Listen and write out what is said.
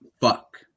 fuck